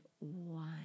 one